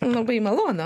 labai malonu